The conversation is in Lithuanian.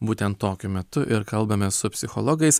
būtent tokiu metu ir kalbame su psichologais